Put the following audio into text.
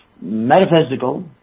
metaphysical